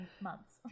months